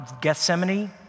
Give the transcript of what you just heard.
Gethsemane